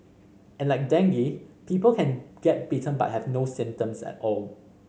and like dengue people can get bitten but have no symptoms at all